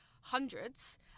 hundreds